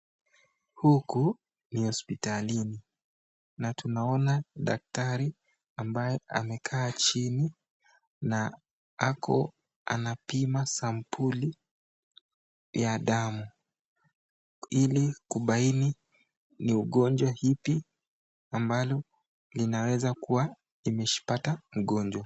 Huku ni hospitalini na tunaona daktari ambaye amekaa jini na ako anapima sampuli ya damu ili kubaini ni ugonjwa ipi ambalo linaweza kuwa imepata mgonjwa.